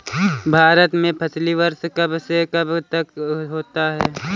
भारत में फसली वर्ष कब से कब तक होता है?